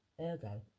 Ergo